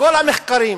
שכל המחקרים